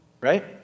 Right